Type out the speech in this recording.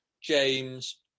James